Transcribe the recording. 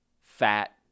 fat